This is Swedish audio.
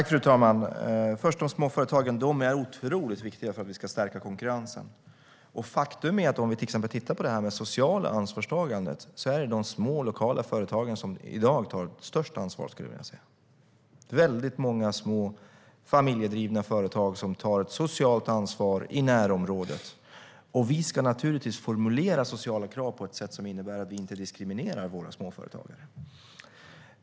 Fru talman! Först de små företagen som är otroligt viktiga för att vi ska stärka konkurrensen. Faktum är, om vi till exempel tittar på det här med det sociala ansvarstagandet, att det är de små lokala företagen som i dag tar störst ansvar, skulle jag vilja säga. Det är väldigt många små familjedrivna företag som tar ett socialt ansvar i närområdet. Och vi ska naturligtvis formulera sociala krav på ett sätt som innebär att vi inte diskriminerar våra småföretagare.